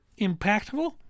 impactful